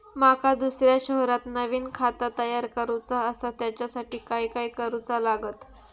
माका दुसऱ्या शहरात नवीन खाता तयार करूचा असा त्याच्यासाठी काय काय करू चा लागात?